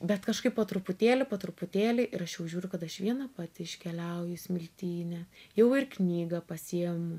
bet kažkaip po truputėlį po truputėlį ir aš jau žiūriu kad aš viena pati iškeliauju į smiltynę jau ir knygą pasiemu